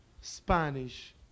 Spanish